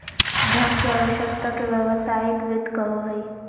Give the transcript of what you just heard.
धन के आवश्यकता के व्यावसायिक वित्त कहो हइ